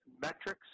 metrics